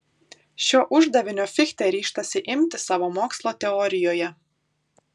šio uždavinio fichtė ryžtasi imtis savo mokslo teorijoje